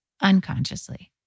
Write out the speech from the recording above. unconsciously